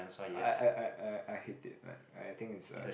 I I I I I hate it like I think it's a